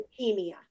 leukemia